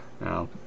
Now